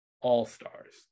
all-stars